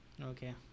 Okay